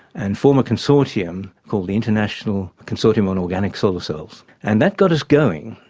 and form a consortium called the international consortium on organic solar cells. and that got us going,